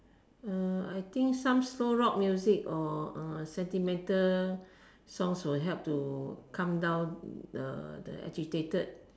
uh I think some slow rock music or uh sentimental songs will help to calm down uh the agitated